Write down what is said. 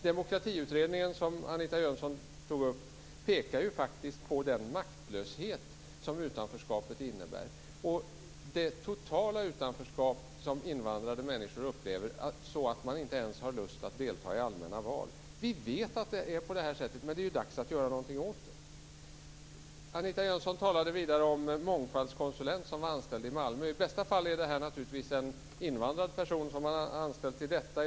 Demokratiutredningen, som Anita Jönsson tog upp, pekar ju faktiskt på den maktlöshet som utanförskapet innebär. Invandrade människor upplever det totala utanförskapet så att man inte ens har lust att delta i allmänna val. Vi vet att det är på det här sättet. Det är dags att göra någonting åt det nu. Anita Jönsson talade vidare om en mångfaldskonsulent som var anställd i Malmö. I bästa fall är det en invandrad person som man har anställd som detta.